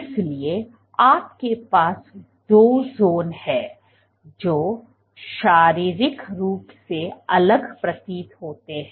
इसलिए आपके पास दो जोन हैं जो शारीरिक रूप से अलग प्रतीत होते हैं